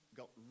got